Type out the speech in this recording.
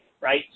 right